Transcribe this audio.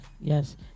Yes